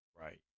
Right